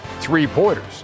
three-pointers